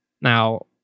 Now